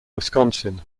wisconsin